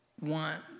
want